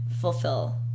fulfill